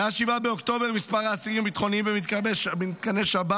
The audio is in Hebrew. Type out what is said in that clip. מ-7 באוקטובר מספר האסירים הביטחוניים במתקני שב"ס